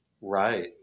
Right